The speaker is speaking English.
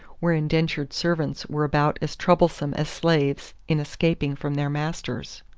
where indentured servants were about as troublesome as slaves in escaping from their masters.